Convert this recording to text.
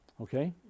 Okay